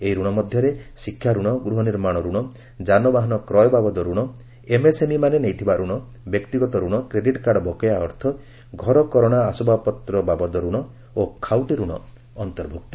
ଏହି ଋଣ ମଧ୍ୟରେ ଶିକ୍ଷାରଣ ଗୃହ ନିର୍ମାଣ ଋଣ ଯାନବାହାନ କ୍ରୟ ବାବଦ ରଣ ଏମ୍ଏସଏମ୍ଇମାନେ ନେଇଥିବା ଋଣ ବ୍ୟକ୍ତିଗତ ରଣ କ୍ରେଡିଟ୍କାର୍ଡ ବକେୟା ଅର୍ଥ ଘରକରଣା ଆସବାବପତ୍ର ବାବଦ ରଣ ଓ ଖାଉଟି ଋଣ ଅନ୍ତର୍ଭୁକ୍ତ